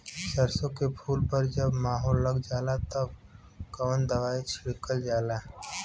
सरसो के फूल पर जब माहो लग जाला तब कवन दवाई छिड़कल जाला?